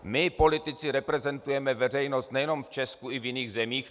My politici reprezentujeme veřejnost nejenom v Česku, ale i v jiných zemích.